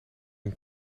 een